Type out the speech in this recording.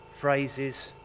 phrases